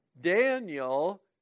Daniel